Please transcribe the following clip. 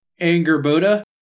Angerboda